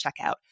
checkout